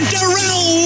Darrell